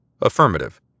Affirmative